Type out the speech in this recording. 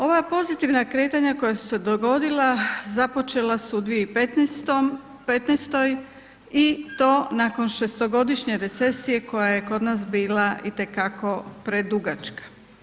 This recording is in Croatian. Ova pozitivna kretanja koja su se dogodila započela su 2015. i to nakon šestogodišnje recesije koja je kod nas bila itekako predugačka.